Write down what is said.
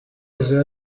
izo